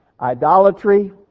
idolatry